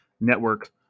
Network